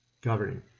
governing